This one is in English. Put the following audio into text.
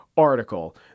article